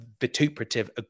vituperative